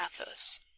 Athos